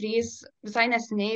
trys visai neseniai